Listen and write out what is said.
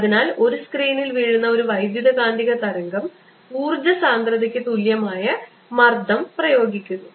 അതിനാൽ ഒരു സ്ക്രീനിൽ വീഴുന്ന ഒരു വൈദ്യുതകാന്തിക തരംഗം ഊർജ്ജ സാന്ദ്രതയ്ക്ക് തുല്യമായ മർദ്ദം പ്രയോഗിക്കുന്നു